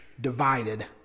divided